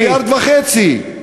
מיליארד וחצי.